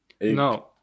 No